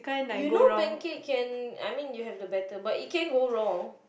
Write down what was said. you know pancake can I mean you have the batter but it can go wrong